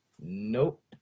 Nope